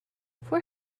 four